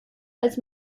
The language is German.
als